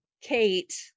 kate